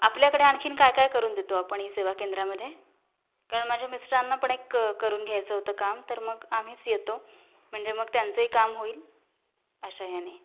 आपल्याकडे आणखीन काय काय करून देतो आपण ई सेवा केंद्रामध्ये कारण माझ्या मिस्टरांना पण एक क करून घ्यायचं होतं काम तर मग आम्हीच येतो म्हणजे मग त्यांचंही काम होईल अशा याने